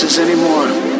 anymore